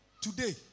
today